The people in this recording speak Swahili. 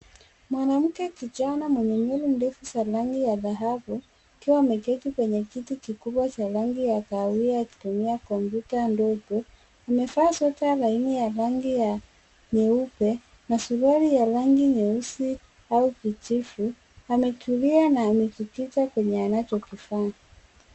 Mwanamke kijana mwenye nywele ndefu za rangi ya dhahabu akiwa ameketi kwenye kiti kikubwa cha rangi ya kahawai akitumia kompyuta ndogo. Amevaa sweta laini ya rangi ya nyeupe na suali ya rangi nyeusi au kijivu. Ametulia na amejikita kwenye anachokifanya.